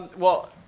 well,